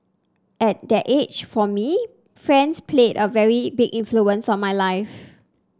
at that age for me friends played a very big influence on my life